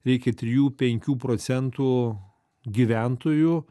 reikia trijų penkių procentų gyventojų